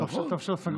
טוב שלא סגרו.